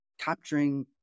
capturing